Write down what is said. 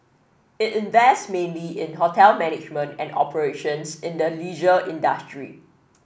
it invests mainly in hotel management and operations in the leisure industry